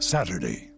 Saturday